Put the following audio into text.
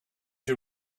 you